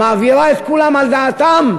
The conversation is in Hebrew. מעבירה את כולם על דעתם,